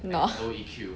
not